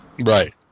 Right